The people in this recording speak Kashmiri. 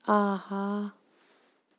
آہا